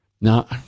Now